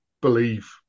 believe